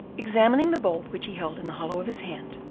examining the bulb which he held in the hollow of his hand,